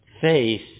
faith